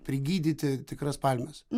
prigydyti tikras palmes